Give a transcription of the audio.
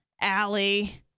Allie